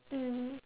mm